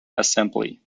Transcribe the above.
assembly